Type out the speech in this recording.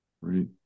Right